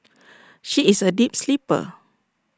she is A deep sleeper